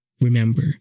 remember